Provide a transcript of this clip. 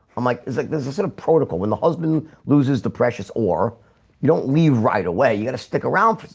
i'm like it's like this is it a protocol when the husband loses the precious or you don't leave right away you got to stick around?